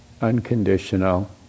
unconditional